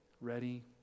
ready